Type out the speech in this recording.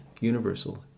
universal